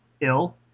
ill